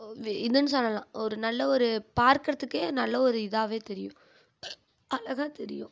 இதுன்னு சொல்லலாம் ஒரு நல்ல ஒரு பார்க்குறத்துக்கே நல்ல ஒரு இதாகவே தெரியும் அழகாக தெரியும்